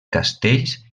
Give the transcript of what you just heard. castells